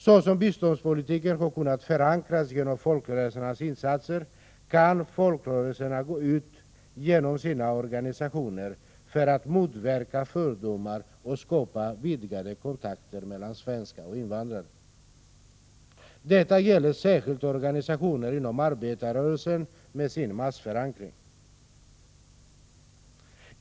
Så som biståndspolitiken har kunnat förankras genom folkrörelsernas insatser kan folkrörelserna genom sina organisationer motverka fördomar och skapa vidgade kontakter mellan svenskar och invandrare. Detta gäller särskilt organisationer inom arbetarrörelsen med sin massförankring.